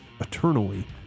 eternally